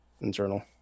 internal